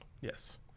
Yes